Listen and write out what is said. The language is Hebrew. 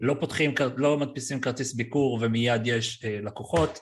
לא פותחים, לא מדפיסים כרטיס ביקור ומיד יש לקוחות